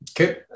Okay